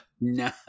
No